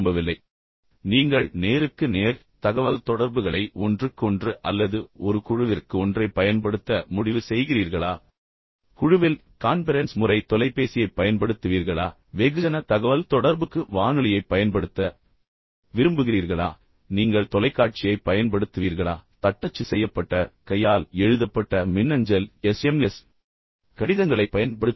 எனவே நீங்கள் நேருக்கு நேர் தகவல்தொடர்புகளை ஒன்றுக்கு ஒன்று அல்லது ஒரு குழுவிற்கு ஒன்றைப் பயன்படுத்த முடிவு செய்கிறீர்களா நீங்கள் குழுவில் இருக்கும்போது தொலைபேசி கான்பெரென்ஸ் முறை தொலைபேசியைப் பயன்படுத்துவீர்களா வெகுஜன தகவல்தொடர்புக்கு வானொலியைப் பயன்படுத்த விரும்புகிறீர்களா நீங்கள் தொலைக்காட்சியைப் பயன்படுத்துவீர்களா அல்லது தட்டச்சு செய்யப்பட்ட அல்லது கையால் எழுதப்பட்ட அல்லது மின்னஞ்சல் அல்லது எஸ்எம்எஸ் கடிதங்களைப் பயன்படுத்துவீர்களா